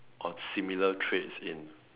or similar traits in